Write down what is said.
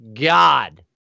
God